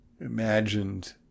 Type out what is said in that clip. imagined